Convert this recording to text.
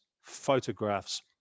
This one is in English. photographs